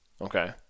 okay